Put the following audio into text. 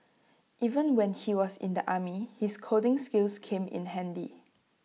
even when he was in the army his coding skills came in handy